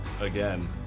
again